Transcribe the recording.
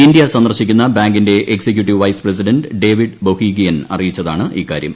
India സന്ദർശിക്കുന്ന ബാങ്കിന്റെ executive vice president David Bohigian അറിയിച്ചതാണ് ഇക്കാര്യം